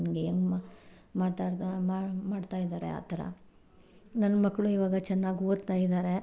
ನಂಗೆ ಹೆಂಗ ಮಾತಾಡ್ದಾ ಮಾಡ್ತಾ ಇದ್ದಾರೆ ಆ ಥರ ನನ್ನ ಮಕ್ಕಳು ಇವಾಗ ಚೆನ್ನಾಗಿ ಓದ್ತಾ ಇದ್ದಾರೆ